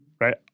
right